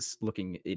looking